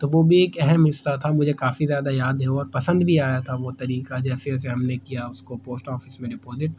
تو وہ بھی ایک اہم حصہ تھا مجھے کافی زیادہ یاد ہے اور پسند بھی آیا تھا وہ طریقہ جیسے جیسے ہم نے کیا اس کو پوسٹ آفس میں ڈپوزٹ